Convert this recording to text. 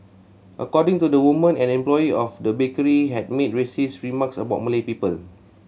according to the woman an employee of the bakery had made racist remarks about Malay people